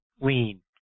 lean